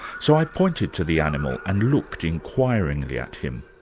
so i pointed to the animal and looked inquiringly at him.